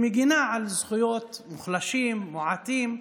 שמגינה על זכויות מוחלשים, מיעוטים.